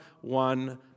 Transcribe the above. one